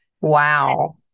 Wow